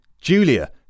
Julia